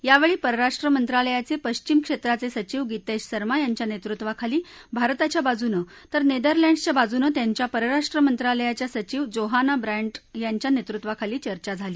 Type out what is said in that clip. यावेळी परराष्ट्र मंत्रालयाचे पश्चिम क्षेत्राचे सचिव गीतेश सर्मा यांच्या नेतृत्वाखाली भारताच्या बाजूनं तर नेदरलँडसच्या बाजूनं त्यांच्या परराष्ट्र मंत्रालयाच्या सचिव जोहाना ब्रँड्ट यांच्या नेतृत्वाखाली चर्चा झाली